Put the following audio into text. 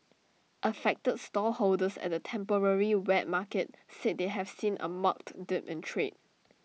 affected stallholders at the temporary wet market said they have seen A marked dip in trade